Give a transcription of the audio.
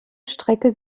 strecke